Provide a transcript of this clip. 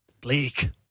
Bleak